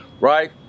right